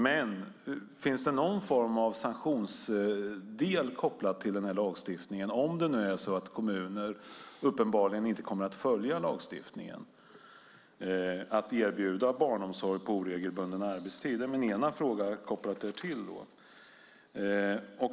Men finns det någon form av sanktioner kopplade till lagstiftningen, om det är uppenbart att kommuner inte följer lagstiftningen om att erbjuda barnomsorg på oregelbunden arbetstid? Det är min ena fråga.